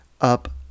up